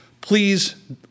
Please